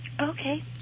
okay